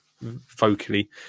vocally